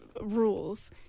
rules